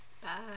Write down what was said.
Bye